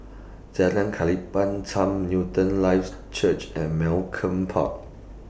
Jalan Newton Life Church and Malcolm Park